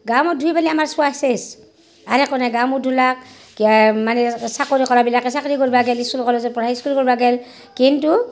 গা মূৰ ধুই পেলাই আমাৰ চুৱা চেচ আৰে কোনে গা মূৰ ধুলাক মানে চাকৰি কৰা বিলাকে চাকৰি কৰিব গেল স্কুল কলেজত পঢ়াই স্কুল কৰিব গেল কিন্তু